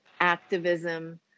activism